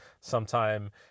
sometime